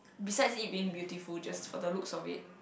besides it being beautiful just for the looks of it